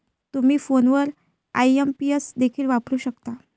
तुम्ही फोनवर आई.एम.पी.एस देखील वापरू शकता